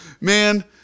man